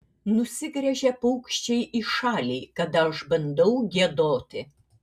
nusigręžia paukščiai į šalį kada aš bandau giedoti